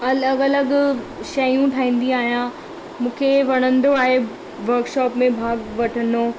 अलॻि अलॻि शयूं ठाहींदी आहियां मूंखे वणंदो आहे वर्कशॉप में भाग वठिणो